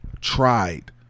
tried